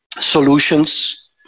solutions